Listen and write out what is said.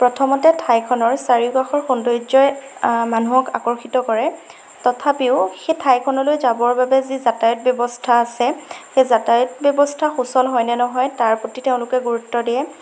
প্ৰথমতে ঠাইখনৰ চাৰি কাষৰ সৌন্দৰ্যই মানুহক আকৰ্ষিত কৰে তথাপিও সেই ঠাইখনলৈ যাবৰ বাবে যি যাতায়াত ব্যৱস্থা আছে সেই যাতায়াত ব্যৱস্থা সুচল হয়নে নহয় তাৰ প্ৰতি তেওঁলোকে গুৰুত্ব দিয়ে